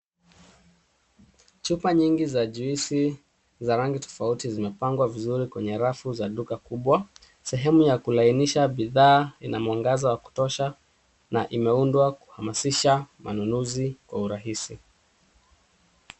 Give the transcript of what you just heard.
Chupa nyingi za juisi za rangi tofauti zimepangwa vizuri kwenye rafu za duka kubwa sehemu ya kulainisha bidhaa ina mwangaza wa kutosha na ime undwa kuhamasisha ununuzi kwa urahisi.